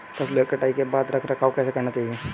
फसलों की कटाई के बाद रख रखाव कैसे करना चाहिये?